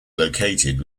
located